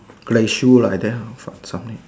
play shoe like that lor something